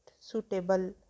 suitable